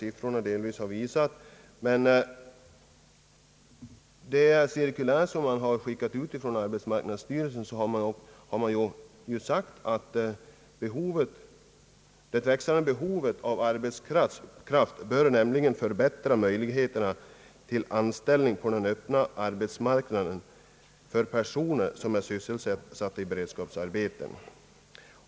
I ett cirkulär från arbetsmarknadsstyrelsen sägs att »det växande behovet av arbetskraft bör nämligen förbättra möjligheterna till anställning på öppna marknaden för personer som är sysselsatta i beredskapsarbeten».